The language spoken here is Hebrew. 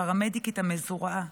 הפרמדיקית המסורה,